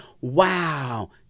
wow